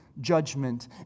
judgment